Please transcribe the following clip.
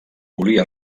volia